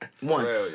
One